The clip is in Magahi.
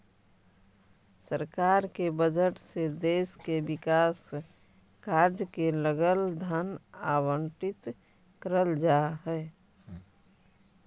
सरकार के बजट से देश के विकास कार्य के लगल धन आवंटित करल जा हई